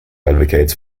advocates